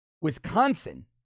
Wisconsin